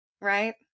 right